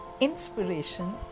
Inspiration